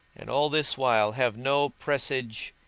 and all this while have no presage,